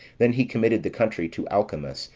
then he committed the country to alcimus,